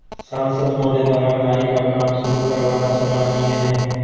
सांसद महोदय द्वारा नाली का काम शुरू करवाना सराहनीय है